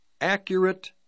accurate